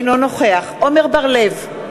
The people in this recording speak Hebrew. אינו נוכח עמר בר-לב,